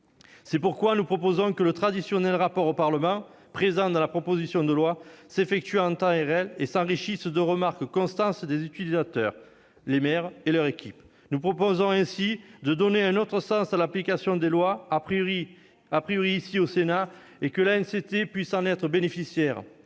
C'est pourquoi nous proposons que le traditionnel rapport au Parlement, prévu dans la proposition de loi, s'élabore en temps réel et s'enrichisse en permanence des remarques des utilisateurs, les maires et leurs équipes. Nous proposons ainsi de donner un autre sens à l'application des lois,, ici au Sénat, et que l'ANCT puisse en bénéficier.